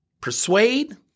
persuade